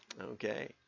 Okay